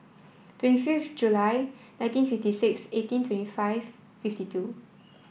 twenty five July nineteen fifty six eighteen twenty five fifty two